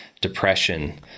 depression